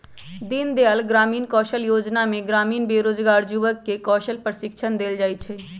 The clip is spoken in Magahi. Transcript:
दीनदयाल ग्रामीण कौशल जोजना में ग्रामीण बेरोजगार जुबक के कौशल प्रशिक्षण देल जाइ छइ